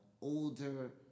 older